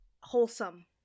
wholesome